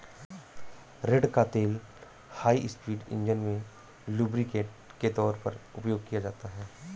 रेड़ का तेल high speed engine में लुब्रिकेंट के तौर पर उपयोग किया जाता है